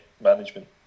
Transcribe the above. management